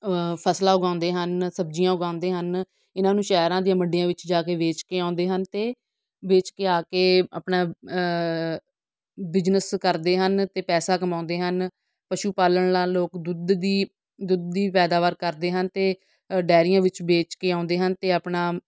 ਫਸਲਾਂ ਉਗਾਉਂਦੇ ਹਨ ਸਬਜ਼ੀਆਂ ਉਗਾਉਂਦੇ ਹਨ ਇਹਨਾਂ ਨੂੰ ਸ਼ਹਿਰਾਂ ਦੀਆਂ ਮੰਡੀਆਂ ਵਿੱਚ ਜਾ ਕੇ ਵੇਚ ਕੇ ਆਉਂਦੇ ਹਨ ਅਤੇ ਵੇਚ ਕੇ ਆ ਕੇ ਆਪਣਾ ਬਿਜਨਸ ਕਰਦੇ ਹਨ ਅਤੇ ਪੈਸਾ ਕਮਾਉਂਦੇ ਹਨ ਪਸ਼ੂ ਪਾਲਣ ਨਾਲ ਲੋਕ ਦੁੱਧ ਦੀ ਦੁੱਧ ਦੀ ਪੈਦਾਵਾਰ ਕਰਦੇ ਹਨ ਅਤੇ ਅ ਡਾਇਰੀਆਂ ਵਿੱਚ ਵੇਚ ਕੇ ਆਉਂਦੇ ਹਨ ਅਤੇ ਆਪਣਾ